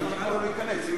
למה נתנו לו להיכנס?